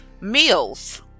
meals